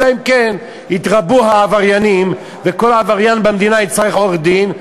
אלא אם כן יתרבו העבריינים וכל עבריין במדינה יצטרך עורך-דין,